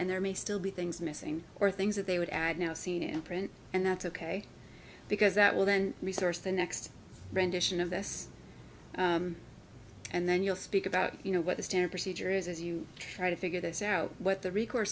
and there may still be things missing or things that they would add now seen in print and that's ok because that will then resource the next rendition of this and then you'll speak about you know what the standard procedure is as you try to figure this out what the reco